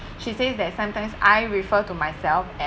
she says that sometimes I refer to myself at